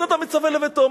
בן-אדם מצווה לביתו.